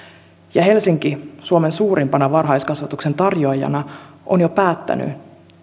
helsinki suomen suurimpana varhaiskasvatuksen tarjoajana on jo päättänyt